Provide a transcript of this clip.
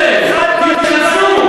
להתנצל,